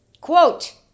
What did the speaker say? Quote